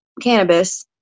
cannabis